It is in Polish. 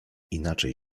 inaczej